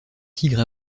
tigre